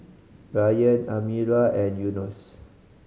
Ryan Amirah and Yunos